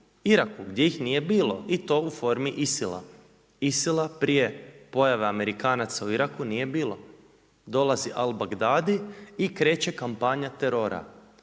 Iraku gdje ih nije bilo i to u formi ISIL-a. ISIL-a prije pojave Amerikanaca u Iraku nije bilo. Dolazi Albak Dadi i kreće kampanja terora,